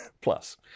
Plus